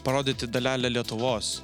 parodyti dalelę lietuvos